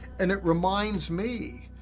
and it reminds me,